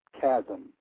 Chasm